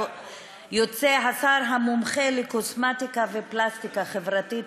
הוא יוצא השר המומחה לקוסמטיקה ופלסטיקה חברתית,